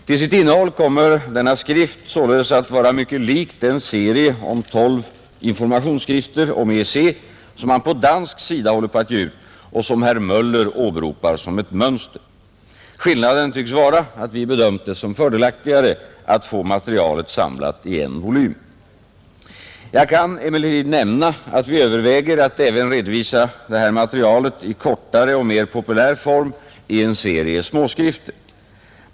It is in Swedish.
Till sitt innehåll kommer denna skrift således att vara mycket lik den serie av tolv informationsskrifter om EEC som man på dansk sida håller på att ge ut och som herr Möller åberopar som ett mönster. Skillnaden tycks vara att vi bedömt det som fördelaktigare att få materialet samlat i en volym. Jag kan emellertid nämna att vi överväger att även redovisa detta material i kortare och mer populär form i en serie småskrifter.